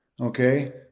okay